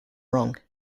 wrong